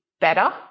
better